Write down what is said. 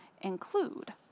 include